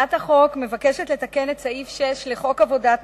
הצעת החוק מבקשת לתקן את סעיף 6 לחוק עבודת